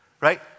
right